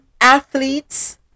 athletes